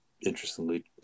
interestingly